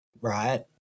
right